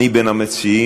אני בין המציעים.